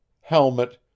helmet